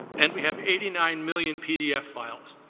and we have eighty nine million pdf files.